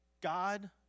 God